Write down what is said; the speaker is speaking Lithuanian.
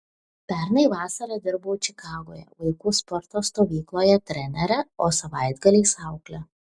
pernai vasarą dirbau čikagoje vaikų sporto stovykloje trenere o savaitgaliais aukle